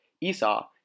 Esau